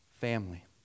family